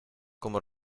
como